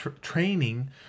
training